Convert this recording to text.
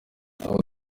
aho